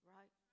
Right